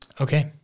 Okay